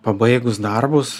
pabaigus darbus